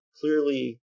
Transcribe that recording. clearly